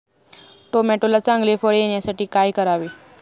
टोमॅटोला चांगले फळ येण्यासाठी काय करावे?